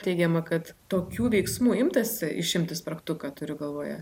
teigiama kad tokių veiksmų imtasi išimti spragtuką turiu galvoje